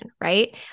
right